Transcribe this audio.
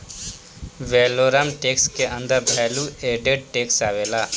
valorem tax के अंदर value added tax आवेला